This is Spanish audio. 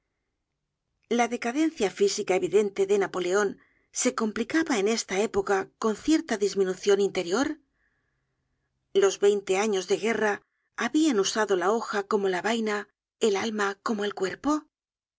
la decadencia física evidente de napoleon se complicaba en esta época con cierta disminucion interior los veinte años de guerra habian usado la hoja como la vaina el alma como el cuerpo